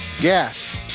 Gas